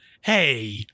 hey